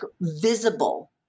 visible